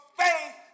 faith